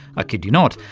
ah kid you not.